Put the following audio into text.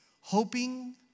Hoping